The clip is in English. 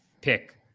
pick